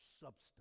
substance